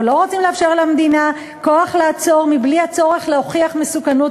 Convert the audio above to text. אנחנו לא רוצים לאפשר למדינה כוח לעצור בלי צורך להוכיח מסוכנות